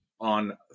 on